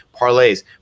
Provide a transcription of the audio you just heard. parlays